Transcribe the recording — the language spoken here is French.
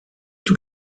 tous